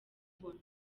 ubona